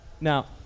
now